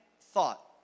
thought